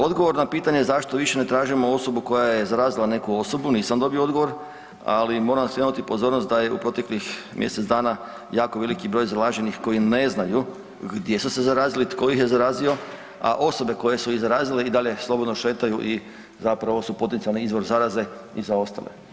Odgovor na pitanje zašto više ne tražimo osobu koja je zarazila neku osobu, nisam dobio odgovor, ali moram skrenuti pozornost da je u proteklih mjesec dana jako veliki broj zaraženih koji ne znaju gdje su se zarazili, tko ih zarazio, a osobe koje su ih zarazile i dalje slobodno šetaju i zapravo su potencijalni izvor zaraze i za ostale.